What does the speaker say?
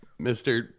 mr